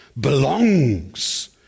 belongs